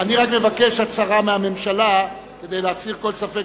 אני רק מבקש הצהרה מהממשלה כדי להסיר כל ספק